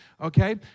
Okay